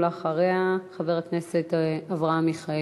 אחריה, חבר הכנסת אברהם מיכאלי.